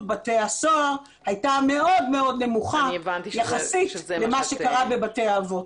בתי הסוהר הייתה מאוד מאוד נמוכה יחסית למה שקרה בבתי האבות.